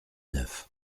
neuf